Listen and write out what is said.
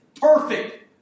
perfect